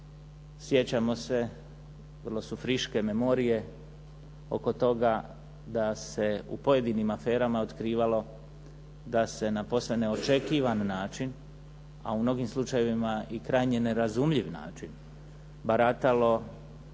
Sjećamo se, vrlo su friške memorije oko toga da se u pojedinim aferama otkrivalo da se na posve neočekivan način, a u mnogim slučajevima i krajnje nerazumljiv način baratalo